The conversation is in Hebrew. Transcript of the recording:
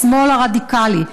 השמאל הרדיקלי.